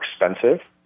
expensive